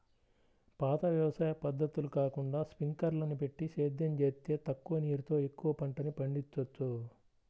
పాత వ్యవసాయ పద్ధతులు కాకుండా స్పింకర్లని బెట్టి సేద్యం జేత్తే తక్కువ నీరుతో ఎక్కువ పంటని పండిచ్చొచ్చు